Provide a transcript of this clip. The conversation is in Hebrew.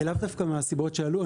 לאו דווקא מהסיבות שעלו.